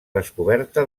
descoberta